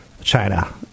China